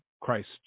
Christ